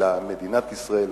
אלא מדינת ישראל,